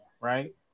right